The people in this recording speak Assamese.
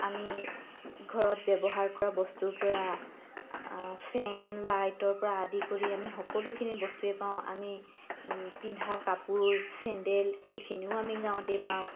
আমি ঘৰত ব্যৱহাৰ কৰা বস্তুৰ পৰা ফেন লাইটৰ পৰা আদি কৰি আমি সকলোখিনি বস্তুৱে পাওঁ আমি পিন্ধা কাপোৰ চেন্দেল সেইখিনিও আমি গাঁৱতে পাওঁ